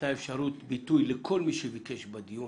ניתנה אפשרות ביטוי לכל מי שמבקש ביטוי בדיון.